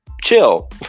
chill